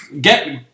Get